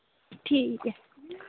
ठीक ऐ